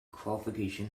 qualification